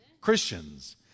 Christians